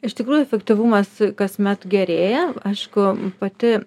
iš tikrųjų efektyvumas kasmet gerėja aišku pati